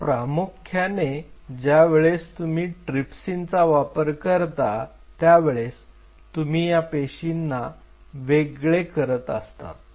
तर प्रामुख्याने ज्या वेळेस तुम्ही ट्रीपसिनचा वापर करता त्यावेळेस तुम्ही या पेशींना वेगळे करत असतात